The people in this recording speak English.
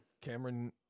cameron